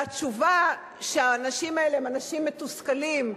והתשובה, שהאנשים האלה הם אנשים מתוסכלים,